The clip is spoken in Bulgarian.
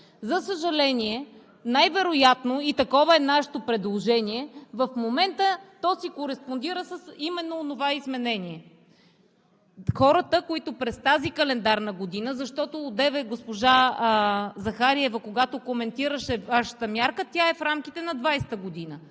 За съжаление, най-вероятно – и такова е нашето предложение, в момента то си кореспондира именно с онова изменение. Хората, които през тази календарна година… Защото одеве госпожа Захариева, когато коментираше Вашата мярка, тя е в рамките на 2020 г.